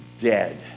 dead